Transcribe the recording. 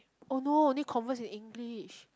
oh no they converse in english